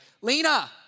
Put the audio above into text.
Lena